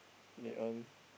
they earn